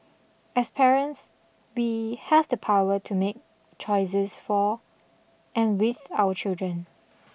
as parents we have the power to make choices for and with our children